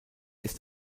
ist